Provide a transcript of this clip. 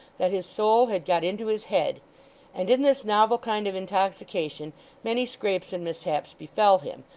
that his soul had got into his head and in this novel kind of intoxication many scrapes and mishaps befell him,